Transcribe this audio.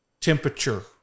temperature